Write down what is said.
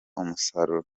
umusaruro